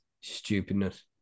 Stupidness